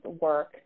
work